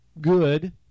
good